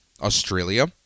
Australia